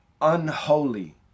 unholy